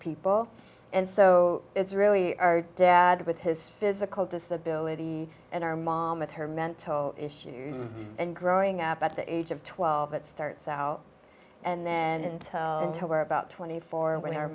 people and so it's really our dad with his physical disability and our mom with her mental issues and growing up at the age of twelve it starts out and then and until about twenty four when he